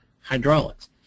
hydraulics